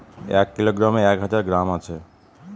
এক কিলোগ্রামে এক হাজার গ্রাম আছে